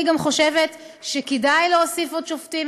אני חושבת שכדאי להוסיף עוד שופטים,